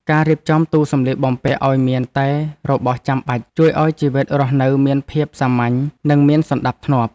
ការរៀបចំទូសម្លៀកបំពាក់ឱ្យមានតែរបស់ចាំបាច់ ជួយឱ្យជីវិតរស់នៅមានភាពសាមញ្ញនិងមានសណ្តាប់ធ្នាប់។